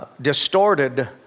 Distorted